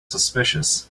suspicious